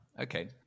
okay